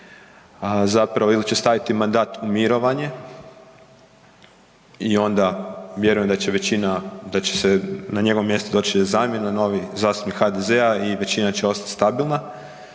zapravo ili će staviti mandat u mirovanje i onda vjerujem da će većina, da će se na njegovo mjesto doći zamjena, novi zastupnik HDZ-a i većina će ostat stabilna